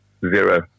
Zero